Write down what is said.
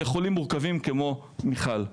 לחולים מורכבים כמו מיכל,